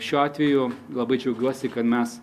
šiuo atveju labai džiaugiuosi kad mes